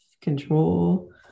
control